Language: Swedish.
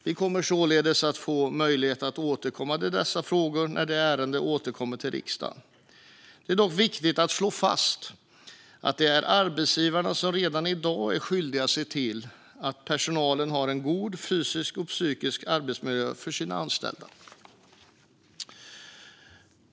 Vi kommer således att få möjlighet att återkomma till dessa frågor när ärendet återkommer till riksdagen. Det är dock viktigt att slå fast att det redan i dag är arbetsgivaren som är skyldig att se till att ha en god fysisk och psykisk arbetsmiljö för sina anställda.